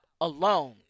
Alone